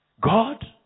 God